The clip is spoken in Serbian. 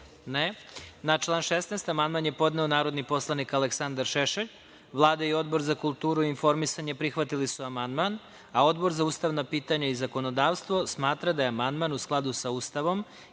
(Ne.)Na član 16. amandman je podneo narodni poslanik Aleksandar Šešelj. Vlada i Odbor za kulturu i informisanje prihvatili su amandman, a Odbor za ustavna pitanja i zakonodavstvo smatra da je amandman u skladu sa Ustavom